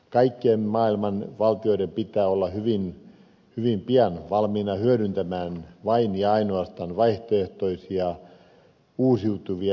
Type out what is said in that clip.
kaikkien maailman valtioiden pitää olla hyvin pian valmiina hyödyntämään vain ja ainoastaan vaihtoehtoisia uusiutuvia energianlähteitä